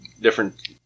different